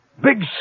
Big